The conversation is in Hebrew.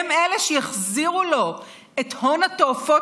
הם אלה שיחזירו לו את הון התועפות